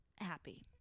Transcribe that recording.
happy